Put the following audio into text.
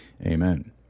amen